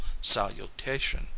salutation